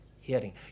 Hearing